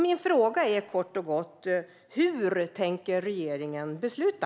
Min fråga är kort och gott: Hur tänker regeringen besluta?